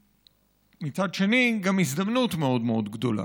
ומצד שני, היא גם הזדמנות מאוד מאוד גדולה.